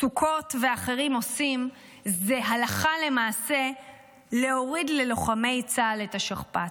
סוכות ואחרים עושים זה הלכה למעשה להוריד ללוחמי צה"ל את השכפ"ץ,